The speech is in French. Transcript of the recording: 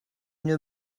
une